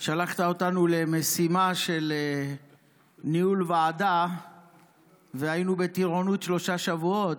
למשימה של ניהול ועדה והיינו בטירונות שלושה שבועות.